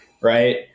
Right